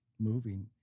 moving